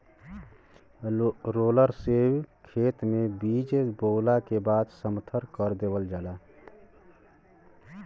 roller से खेत में बीज बोवला के बाद समथर कर देवल जाला